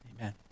amen